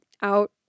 out